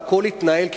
והכול התנהל כשורה.